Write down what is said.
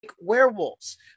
werewolves